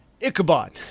Ichabod